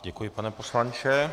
Děkuji, pane poslanče.